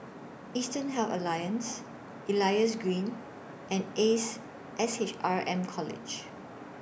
Eastern Health Alliance Elias Green and Ace S H R M College